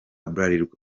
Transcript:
bralirwa